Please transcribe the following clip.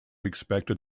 expected